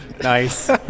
nice